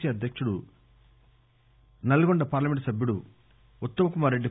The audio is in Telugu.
సి అధ్యకుడు నల్గొండ పార్లమెంటు సభ్యుడు ఉత్తమ్ కుమార్ రెడ్డి